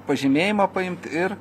pažymėjimą paimt ir